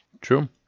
True